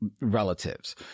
relatives